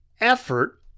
effort